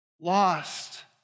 Lost